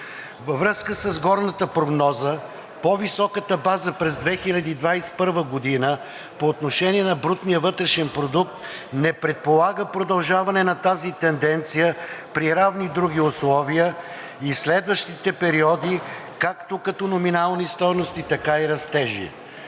Във връзка с горната прогноза по-високата база през 2021 г. по отношение на брутния вътрешен продукт не предполага продължаване на тази тенденция при равни други условия и следващите периоди както като номинални стойности, така и растежи.